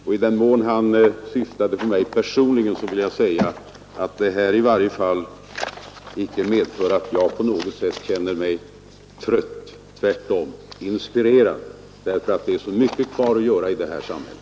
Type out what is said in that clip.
Om herr Carlshamre i sitt inlägg syftade på mig personligen vill jag säga att detta reformarbete i varje fall icke medfört att jag på något sätt känner mig trött. Tvärtom känner jag mig inspirerad därför att så mycket är kvar att göra i vårt samhälle.